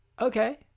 Okay